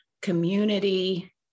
community